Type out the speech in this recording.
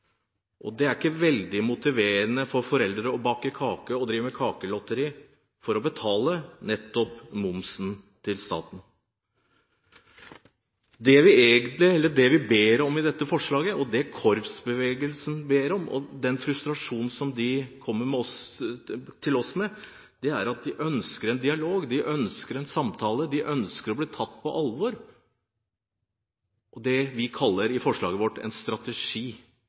seg selv hjelper ikke. Det er ikke veldig motiverende for foreldre å bake kaker og drive med kakelotteri for å betale moms til staten. Det vi ber om i dette forslaget, og det korpsbevegelsen ber om når de uttrykker frustrasjon i kontakten med oss, er dialog. De ønsker en samtale, de ønsker å bli tatt på alvor, og de ønsker det vi i forslaget vårt kaller en strategi.